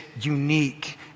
unique